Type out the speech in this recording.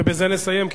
ובזה לסיים,